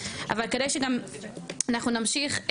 אבל כדי שגם אנחנו נמשיך,